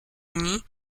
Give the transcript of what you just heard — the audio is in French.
uni